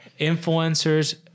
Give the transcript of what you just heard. influencers